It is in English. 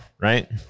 right